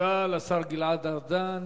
תודה לשר גלעד ארדן.